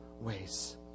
ways